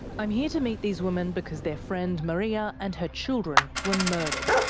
i'm here to meet these women because their friend maria and her children were murdered.